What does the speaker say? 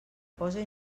pose